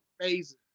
Amazing